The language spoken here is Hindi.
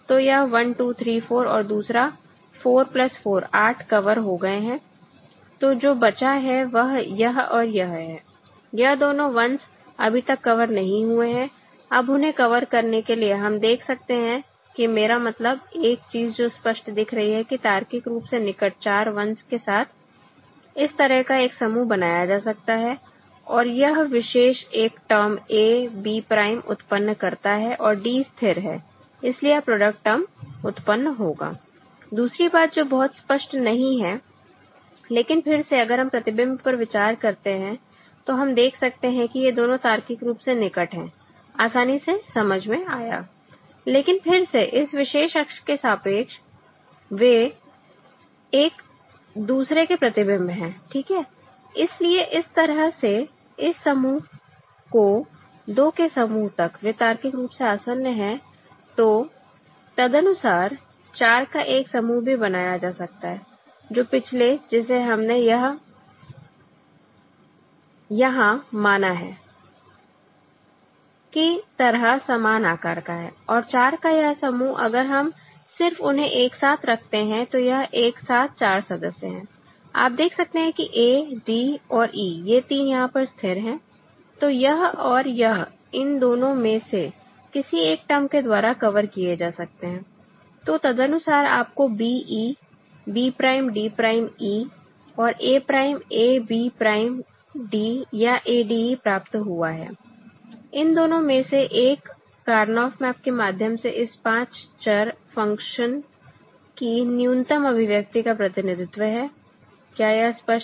तो यह 1 2 3 4 और दूसरा 4 प्लस 4 8 कवर हो गए हैं तो जो बचा है वह यह और यह है यह दोनों 1's अभी तक कवर नहीं हुए हैं अब उन्हें कवर करने के लिए हम देख सकते हैं कि मेरा मतलब एक चीज जो स्पष्ट दिख रही है कि तार्किक रूप से निकट चार 1's के साथ इस तरह का एक समूह बनाया जा सकता है और यह विशेष एक टर्म A B prime उत्पन्न करता है और D स्थिर है इसलिए यह प्रोडक्ट टर्म उत्पन्न होगा दूसरी बात जो बहुत स्पष्ट नहीं है लेकिन फिर से अगर हम प्रतिबिंब पर विचार करते हैं तो हम देख सकते हैं कि ये दोनों तार्किक रूप से निकट हैं आसानी से समझ में आया लेकिन फिर से इस विशेष अक्ष के सापेक्ष वे एक दूसरे के प्रतिबिंब हैं ठीक है इसलिए इस तरह से इस समूह को दो के समूह तक वे तार्किक रूप से आसन्न हैं तो तदनुसार चार का एक समूह भी बनाया जा सकता है जो पिछले जिसे हमने यहां माना है की तरह समान आकार का है और चार का यह समूह अगर हम सिर्फ उन्हें एक साथ रखते हैं तो यह एक साथ चार सदस्य हैं आप देख सकते हैं कि A D और E ये तीन यहां पर स्थिर हैं तो यह और यह इन दोनों में से किसी एक टर्म के द्वारा कवर किए जा सकते हैं तो तदनुसार आपको B E B prime D prime E और A prime A B prime D या A D E प्राप्त हुआ है इन दोनों में से एक कारनॉफ मैप के माध्यम से इस पांच चर फ़ंक्शन की न्यूनतम अभिव्यक्ति का प्रतिनिधित्व है क्या यह स्पष्ट है